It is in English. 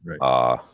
right